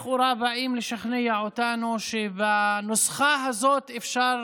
לכאורה באים לשכנע אותנו שבנוסחה הזאת אפשר